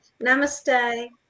Namaste